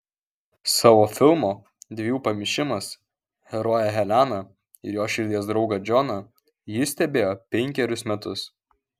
savo filmo dviejų pamišimas heroję heleną ir jos širdies draugą džoną ji stebėjo penkerius metus